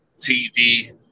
TV